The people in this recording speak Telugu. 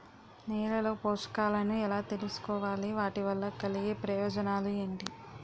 నేలలో పోషకాలను ఎలా తెలుసుకోవాలి? వాటి వల్ల కలిగే ప్రయోజనాలు ఏంటి?